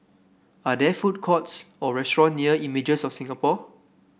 are there food courts or restaurant near Images of Singapore